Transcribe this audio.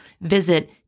Visit